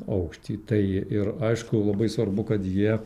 aukštį tai ir aišku labai svarbu kad jie